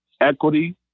equity